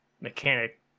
Mechanic